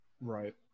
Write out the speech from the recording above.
Right